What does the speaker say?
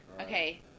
Okay